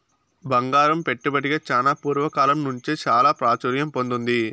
బంగారం పెట్టుబడిగా చానా పూర్వ కాలం నుంచే చాలా ప్రాచుర్యం పొందింది